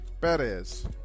Perez